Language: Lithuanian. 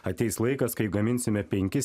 ateis laikas kai gaminsime penkis